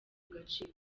gaciro